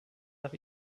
nach